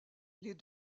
les